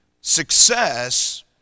Success